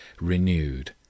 renewed